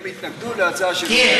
הם התנגדו להצעה של אורי אריאל.